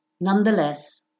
Nonetheless